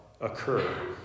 occur